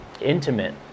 intimate